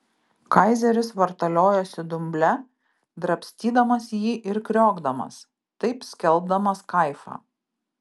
kaizeris vartaliojosi dumble drabstydamas jį ir kriokdamas taip skelbdamas kaifą